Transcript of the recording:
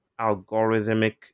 algorithmic